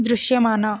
దృశ్యమాన